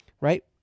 right